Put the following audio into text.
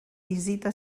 visita